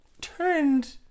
turned